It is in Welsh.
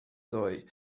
ddoe